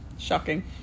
shocking